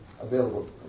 available